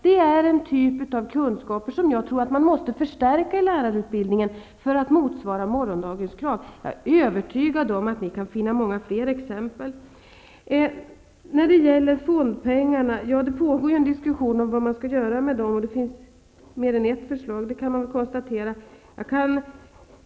Det är en typ av kunskaper som jag tror att man måste förstärka i lärarutbildningen för att utbildningen skall motsvara morgondagens krav. Jag är övertygad om att ni kan finna många fler exempel. Det pågår en diskussion om vad man skall göra med fondpengarna, och det finns mer än ett förslag -- det kan man konstatera.